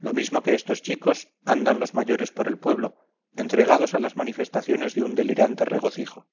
lo mismo que estos chicos andan los mayores por el pueblo entregados a las manifestaciones de un delirante regocijo